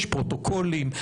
יש פרוטוקולים,